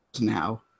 now